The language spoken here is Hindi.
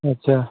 अच्छा